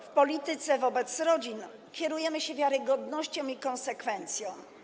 W polityce wobec rodzin kierujemy się wiarygodnością i konsekwencją.